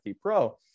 pro